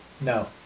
No